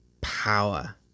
power